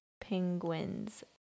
penguins